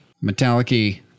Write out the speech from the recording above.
metallic-y